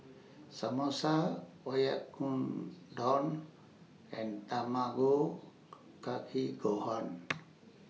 Samosa Oyakodon and Tamago Kake Gohan